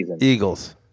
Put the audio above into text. eagles